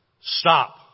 Stop